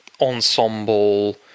ensemble